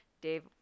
Dave